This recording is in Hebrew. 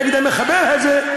נגד המחבל הזה,